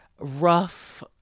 rough